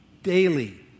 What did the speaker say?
Daily